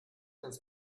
ganz